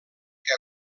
que